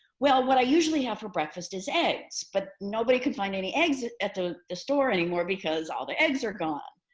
well, what i usually have for breakfast is eggs, but nobody could find any eggs at at the the store anymore because all the eggs are gone.